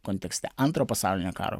kontekste antro pasaulinio karo